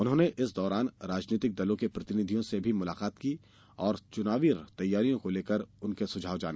उन्होंने इस दौरान राजनीतिक दलों के प्रतिनिधियों से भी मुलाकात की और चुनावी तैयारियों को लेकर उनके सुझाव जाने